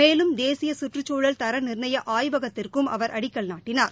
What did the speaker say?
மேலும் தேசிய கற்றுச்சூழல் தர நிர்ணய ஆய்வகத்திற்கும் அவர் அடிக்கல் நாட்டினார்